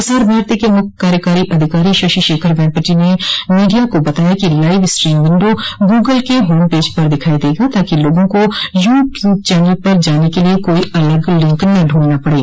प्रसार भारती के मुख्य कार्यकारी अधिकारी शशि शेखर वेम्पटी ने मीडिया को बताया कि लाइव स्ट्रीम विंडो गूगल के होम पेज पर दिखाई देगा ताकि लोगों को यू ट्यूब चनल पर जाने के लिए कोई अलग लिंक न ढूंढना पड़े